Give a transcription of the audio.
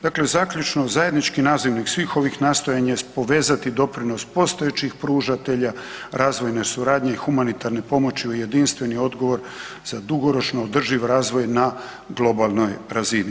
Dakle zaključno, zajednički nazivnik svih ovih nastojanja jest povezati doprinos postojećih pružatelja razvojne suradnje i humanitarne pomoći u jedinstveni odgovor za dugoročno održiv razvoj na globalnoj razini.